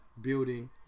building